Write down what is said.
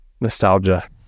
Nostalgia